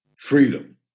freedom